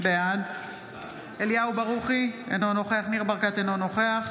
בעד אליהו ברוכי, אינו נוכח ניר ברקת, אינו נוכח